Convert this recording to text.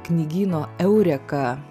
knygyno eureką